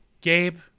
Gabe